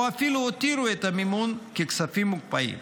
או אפילו הותירו את המימון ככספים מוקפאים.